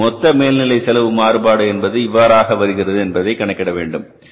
இதில் மொத்த மேல்நிலை செலவு மாறுபாடு என்பது இவ்வாறாக வருகிறது என்பதை கணக்கிட வேண்டும்